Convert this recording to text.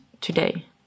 today